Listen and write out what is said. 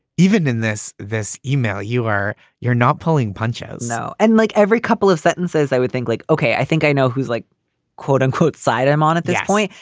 even in this this email you are you're not pulling punches no. and like every couple of sentences i would think like okay. i think i know who's like quote unquote side i'm on at this point.